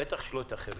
בטח שלא את האחרים.